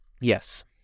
Yes